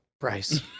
Bryce